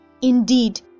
Indeed